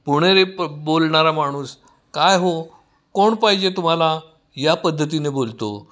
पुणेरी प बोलणारा माणूस काय हो कोण पाहिजे तुम्हाला या पद्धतीने बोलतो